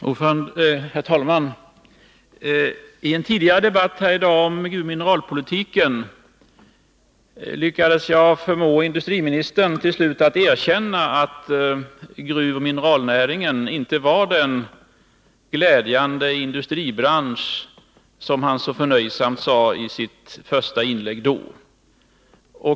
Herr talman! I en tidigare debatt här i dag om mineralpolitiken lyckades jag förmå industriministern att till slut erkänna att gruvoch mineralnäringen inte var den glädjande industribransch som han så förnöjsamt sade i sitt första inlägg då.